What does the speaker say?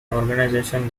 organisation